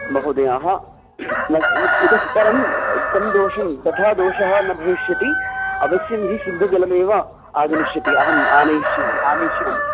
महोदयाः न इतः इतः परं तं दोषं तथा दोषः न भविष्यति अवश्यं हि शुद्धजलमेव आगमिष्यति अहम् आनयिष्यामि आनयिष्यामि